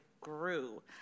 grew